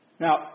Now